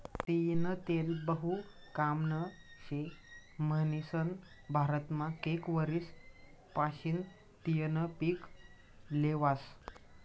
तीयीनं तेल बहु कामनं शे म्हनीसन भारतमा कैक वरीस पाशीन तियीनं पिक ल्हेवास